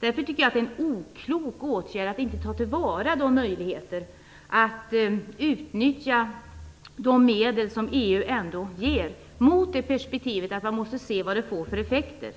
Därför tycker jag att det är en oklok åtgärd att inte ta till vara möjligheterna att utnyttja de medel som EU ändå ger mot det perspektivet att man måste se vad det får för effekter.